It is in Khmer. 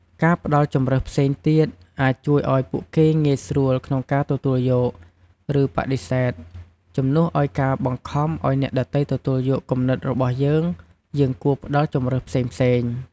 ការផ្តល់ជម្រើសផ្សេងទៀត អាចជួយឲ្យពួកគេងាយស្រួលក្នុងការទទួលយក ឬបដិសេធ ជំនួសឲ្យការបង្ខំឲ្យអ្នកដទៃទទួលយកគំនិតរបស់យើង យើងគួរផ្តល់ជម្រើសផ្សេងៗ។